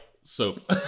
soap